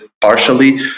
partially